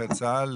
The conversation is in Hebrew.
נכה צה"ל,